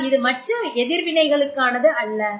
ஆனால் இது மற்ற எதிர்வினைகளுக்கு ஆனது அல்ல